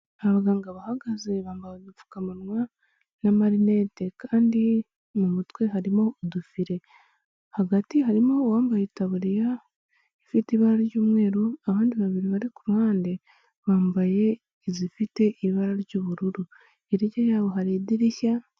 Abaganga bahagaze bambaye udupfukamunwa n'amarinete, kandi mu mutwe harimo udufire hagati harimo uwambaye itaburiya ifite ibara ry'umweru, abandi babiri bari ku ruhande bambaye inzu ifite ibara ry'ubururu hirya yabo hari idirishya.